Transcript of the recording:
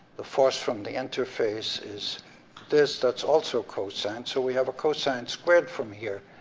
the force from the interface is this, that's also cosine, so we have a cosine squared from here,